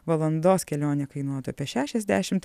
valandos kelionė kainuotų apie šešiasdešimt